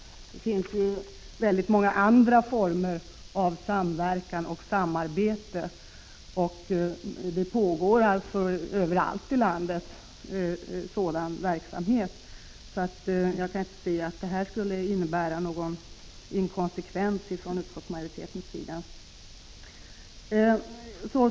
Det finns många andra former av samverkan och samarbete. Det pågår sådan verksamhet på många håll i landet. Jag kan därför inte inse att detta skulle innebära någon inkonsekvens från utskottsmajoritetens sida.